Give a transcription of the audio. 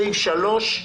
סעיף 3,